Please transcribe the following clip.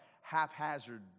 haphazard